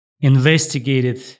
investigated